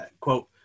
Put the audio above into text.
quote